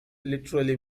literally